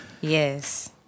Yes